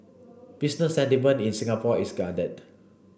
business sentiment in Singapore is guarded